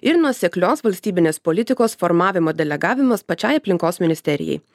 ir nuoseklios valstybinės politikos formavimo delegavimas pačiai aplinkos ministerijai